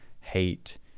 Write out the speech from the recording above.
hate